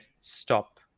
stop